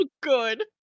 good